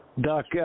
Doc